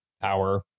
power